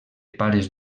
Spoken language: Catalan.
pares